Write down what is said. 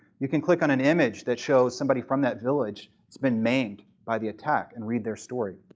you can click on an image that shows somebody from that village who's been maimed by the attack and read their story.